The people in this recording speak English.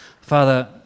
Father